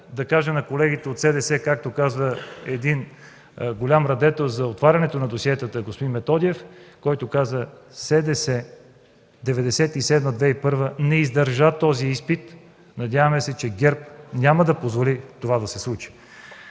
да кажа на колегите от СДС, както каза един голям радетел за отварянето на досиетата господин Методиев, който каза: „СДС през 1997-2001 г. не издържа този изпит”. Надяваме се, че ГЕРБ няма да позволи това да се случи.